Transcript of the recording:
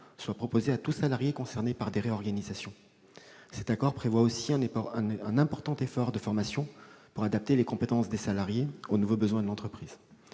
soit proposée à tout salarié concerné par des réorganisations. Cet accord prévoit aussi un important effort de formation pour adapter les compétences des salariés aux nouveaux besoins de l'entreprise.